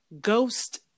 Ghost